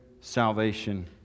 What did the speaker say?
salvation